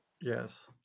Yes